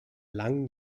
langen